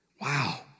Wow